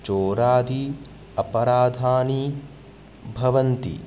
चोरादि अपराधानि भवन्ति